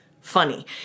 funny